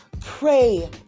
pray